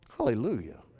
Hallelujah